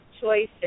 choices